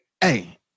Hey